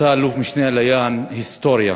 עשה אלוף-משנה עליאן היסטוריה